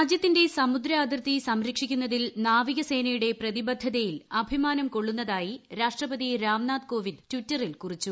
രാജ്യത്തിന്റെ സമുദ്ര അതിർത്തി സംരക്ഷിക്കുന്നതിൽ നാവിക സേനയുടെ പ്രതിബദ്ധതയിൽ അഭിമാനം കൊള്ളുന്നതായി രാഷ്ട്രപതി രാംനാഥ് കോവിന്ദ് ട്വിറ്ററിൽ കുറിച്ചു